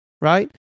Right